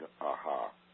aha